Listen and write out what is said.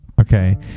Okay